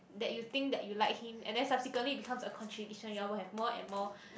that you think that you like him and then subsequently it becomes a contradiction you all will have more and more